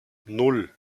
nan